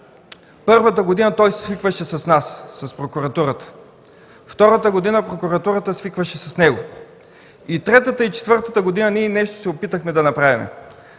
„Първата година той свикваше с нас, с прокуратурата; втората година прокуратурата свикваше с него; третата и четвъртата година ние нещо се опитахме да направим”.